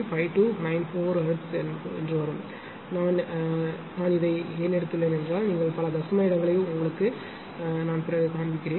0235294 hertz சரி நான் இதை ஏன் எடுத்துள்ளேன் நீங்கள் பல தசம இடங்களை உங்களுக்குக் காண்பிப்பேன்